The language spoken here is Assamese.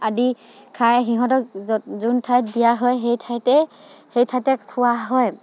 আদি খাই সিহঁতক য'ত যোন ঠাইত দিয়া হয় সেই ঠাইতে সেই ঠাইতে খোৱা হয়